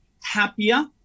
happier